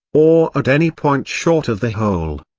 or at any point short of the whole.